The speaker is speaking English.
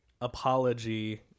apology